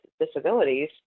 disabilities